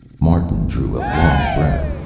martin drew a long breath.